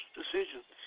decisions